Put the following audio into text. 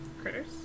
critters